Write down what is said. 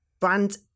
Brand